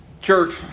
Church